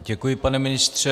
Děkuji, pane ministře.